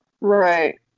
right